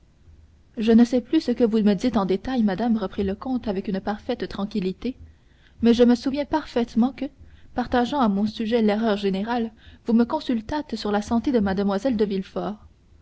je ne sais plus ce que vous me dîtes en détail madame reprit le comte avec une parfaite tranquillité mais je me souviens parfaitement que partageant à mon sujet l'erreur générale vous me consultâtes sur la santé de mlle de